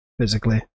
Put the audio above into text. physically